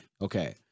Okay